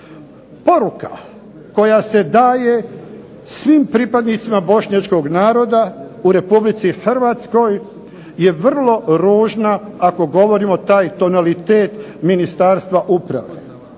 Poruka koja se daje svim pripadnicima bošnjačkog naroda u Republici Hrvatskoj je vrlo ružna, ako govorimo taj tonalitet Ministarstva uprave.